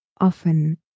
often